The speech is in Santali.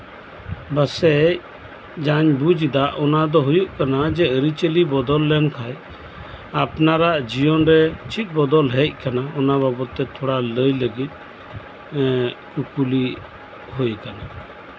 ᱯᱟᱥᱮᱡ ᱡᱟᱦᱟᱸᱧ ᱵᱩᱡᱮᱫᱟ ᱚᱱᱟ ᱫᱚ ᱦᱩᱭᱩᱜ ᱠᱟᱱᱟ ᱡᱮ ᱟᱨᱤᱪᱟᱞᱤ ᱵᱚᱫᱚᱞ ᱞᱮᱱ ᱠᱷᱟᱱ ᱟᱯᱱᱟᱨᱟᱜ ᱡᱤᱭᱚᱱ ᱨᱮ ᱪᱮᱫ ᱵᱚᱫᱚᱞ ᱦᱮᱡ ᱠᱟᱱᱟ ᱚᱱᱟ ᱵᱟᱵᱚᱫ ᱛᱮ ᱱᱟᱥᱮ ᱞᱟᱹᱭ ᱞᱟᱹᱜᱤᱫ ᱠᱩᱠᱞᱤ ᱦᱮᱡ ᱠᱟᱱᱟ